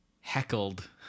heckled